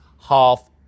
half